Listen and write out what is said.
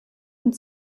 und